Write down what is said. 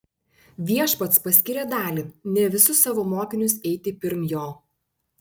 viešpats paskyrė dalį ne visus savo mokinius eiti pirm jo